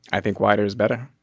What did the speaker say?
i think wider is better.